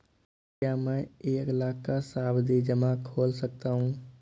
क्या मैं एक लाख का सावधि जमा खोल सकता हूँ?